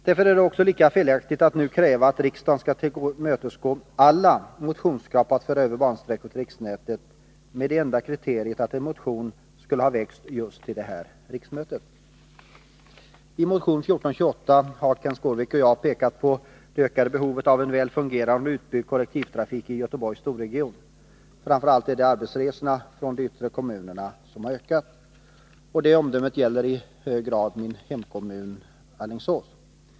Därför är det också lika felaktigt att nu kräva att riksdagen skall tillmötesgå alla motionskrav på att föra över bansträckor till riksnätet — med det enda kriteriet att en motion skulle ha väckts just till detta riksmöte. I motion 1428 har Kenth Skårvik och jag pekat på det ökande behovet av en väl fungerande och utbyggd kollektivtrafik i Göteborgs storregion. Framför allt är det arbetsresorna från de yttre kommunerna som har ökat. Det omdömet gäller i hög grad min hemkommun Alingsås.